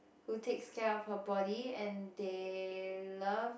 who takes care of her body and they love